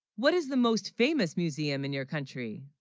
what is the most famous museum in your country?